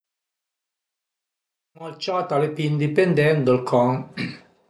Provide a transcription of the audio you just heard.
Ël ciat al e pì indipendènt dël can